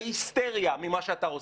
בהיסטריה ממה אתה עושה.